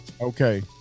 Okay